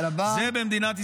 זה במדינת ישראל.